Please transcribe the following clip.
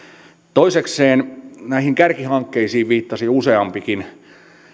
toisekseen näihin kärkihankkeisiin viittasi useampikin